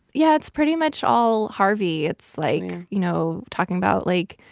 yeah, it's pretty much all harvey. it's like, you know, talking about, like,